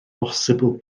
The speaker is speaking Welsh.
bosibl